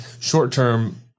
short-term